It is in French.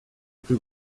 plus